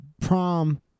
prom